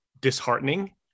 disheartening